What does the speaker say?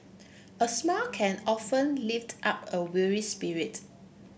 a smile can often lift up a weary spirit